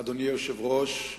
אדוני היושב-ראש,